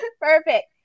Perfect